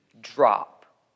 drop